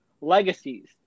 Legacies